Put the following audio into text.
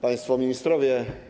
Państwo Ministrowie!